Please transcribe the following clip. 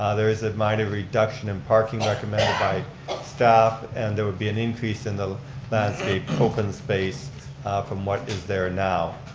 ah there is a minor reduction in parking recommended by staff and there would be an increase in the landscape open space from what is there now.